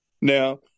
now